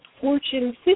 fortune